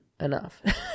enough